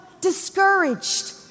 discouraged